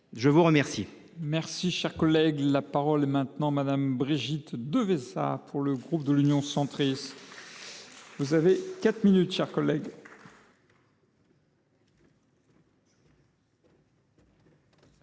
je vous remercie